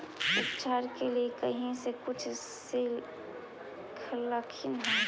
उपचार के लीये कहीं से कुछ सिखलखिन हा?